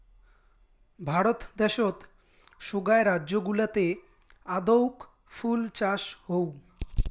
ভারত দ্যাশোত সোগায় রাজ্য গুলাতে আদৌক ফুল চাষ হউ